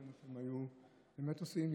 זה מה שהם היו באמת עושים,